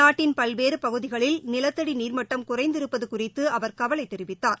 நாட்டின் பல்வேறு பகுதிகளில் நிலத்தடி நீர் மட்டம் குறைந்திருப்பது குறித்து அவர் கவலை தெரிவித்தார்